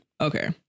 Okay